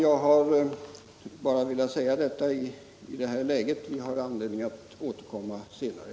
Det var bara detta jag vill säga i det här läget; jag har anledning att återkomma senare.